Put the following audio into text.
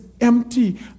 empty